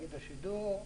תאגיד השידור,